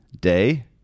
day